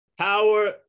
Power